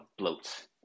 bloats